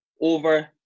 over